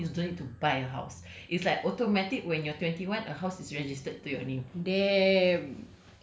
no one in singapore is going to buy a house it's like automatic when you're twenty one a house is registered to your name